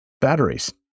batteries